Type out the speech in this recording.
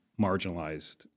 marginalized